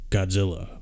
Godzilla